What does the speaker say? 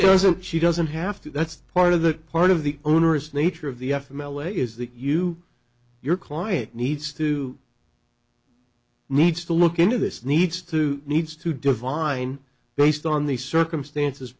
doesn't she doesn't have to that's part of the part of the onerous nature of the f m l a is that you your client needs to needs to look into this needs to needs to define based on the circumstances